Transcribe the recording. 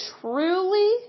truly